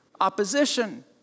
opposition